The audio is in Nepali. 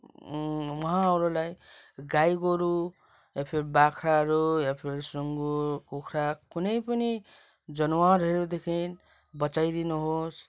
उहाँहरूलाई गाई गोरु या फिर बाख्राहरू या फिर सुँगुर कुखुरा कुनै पनि जनावरहरूदेखि बचाइदिनुहोस्